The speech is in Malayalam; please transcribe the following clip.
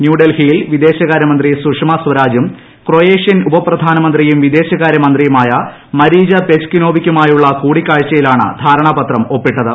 ന്യൂദൽഹിയിൽ വിദേശകാര്യമന്ത്രി സുഷമ സ്വരാജും ക്രൌയേഷ്യൻ ഉപപ്രധാനമന്ത്രിയും വിദേശകാര്യമന്ത്രിയുമായ മരീജ പെജ്കിനോവികുമായുള്ള കൂടിക്കാഴ്ചയിലാണ് ധാരണാപത്രം ഒപ്പിട്ടത്